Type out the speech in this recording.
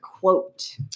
quote